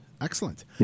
excellent